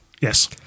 Yes